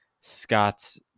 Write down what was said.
Scott's